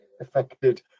affected